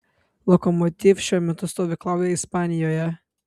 lokomotiv šiuo metu stovyklauja ispanijoje